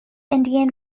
indian